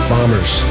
Bombers